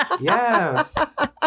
Yes